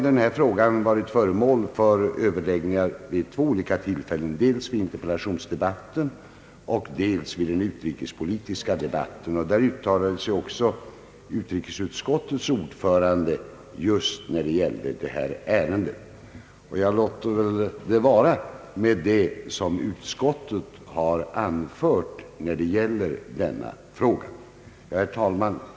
Denna fråga var föremål för överläggningar vid två olika tillfällen, dels vid interpellationsdebatten och dels vid den utrikespolitiska debatten, där också utrikesutskottets ordförande uttalade sig i detta ärende. Jag låter det vara nog med vad utskottet har anfört i denna fråga. Herr talman!